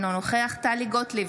אינו נוכח טלי גוטליב,